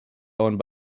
owned